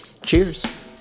cheers